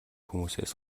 хүмүүсээс